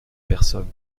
personnes